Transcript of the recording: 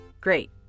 great